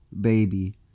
baby